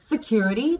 security